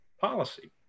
policy